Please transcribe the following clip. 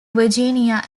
virginia